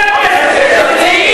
מה זה "הכנסת"?